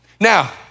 Now